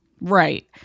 Right